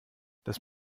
das